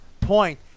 point